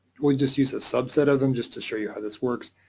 we'll just use a subset of them just to show you how this works.